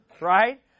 right